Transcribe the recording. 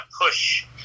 push